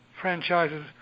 franchises